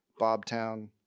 Bobtown